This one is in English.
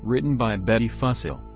written by betty fussell,